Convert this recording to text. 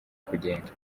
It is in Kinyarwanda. kugenda